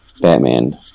Batman